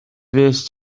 fuest